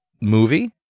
movie